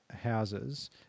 houses